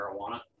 marijuana